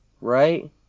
Right